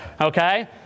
Okay